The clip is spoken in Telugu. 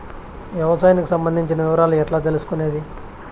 వ్యవసాయానికి సంబంధించిన వివరాలు ఎట్లా తెలుసుకొనేది?